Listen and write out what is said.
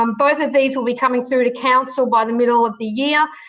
um both of these will be coming through to council by the middle of the year.